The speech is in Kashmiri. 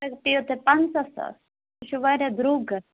پیٚیِو تۅہہِ پَنٛژاہ ساس یہِ چھُ واریاہ درٛۅگ گژھان